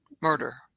murder